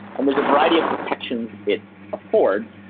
and there's a variety of protections it affords,